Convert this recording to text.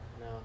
No